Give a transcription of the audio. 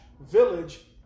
village